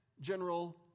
General